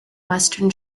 western